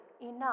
enough